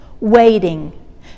waiting